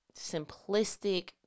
simplistic